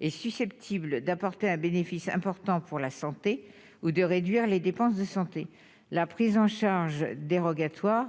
est susceptible d'apporter un bénéfice important pour la santé ou de réduire les dépenses de santé, la prise en charge dérogatoire